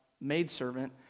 maidservant